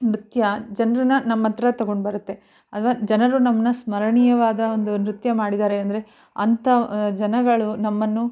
ನೃತ್ಯ ಜನರನ್ನ ನಮ್ಮ ಹತ್ರ ತೊಗೊಂಡ್ಬರುತ್ತೆ ಅಥ್ವಾ ಜನರು ನಮ್ನ ಸ್ಮರಣೀಯವಾದ ಒಂದು ನೃತ್ಯ ಮಾಡಿದ್ದಾರೆ ಅಂದರೆ ಅಂಥ ಜನಗಳು ನಮ್ಮನ್ನು